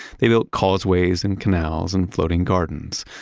they built causeways, and canals, and floating gardens.